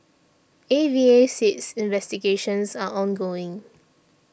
A V A says investigations are ongoing